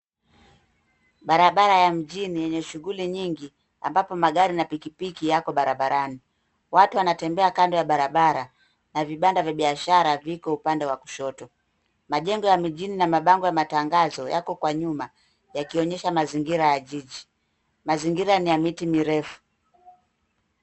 Barabara ya mjini yenye shughuli nyingi ambapo magari na pikipiki yako barabarani. Watu wanatembea kando ya barabara na vibanda vya biashara viko upande wa kushoto. Majengo ya mijini na mabango ya matangazo yako kwa nyuma, yakionyesha mazingira ya jiji. Mazingira ni ya miti mirefu.